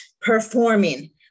performing